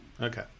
Okay